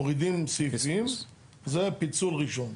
מורידים סעיפים, זה פיצול ראשון.